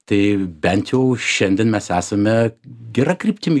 tai bent jau šiandien mes esame gera kryptimi